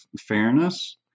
fairness